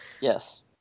Yes